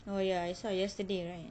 oh ya I saw yesterday right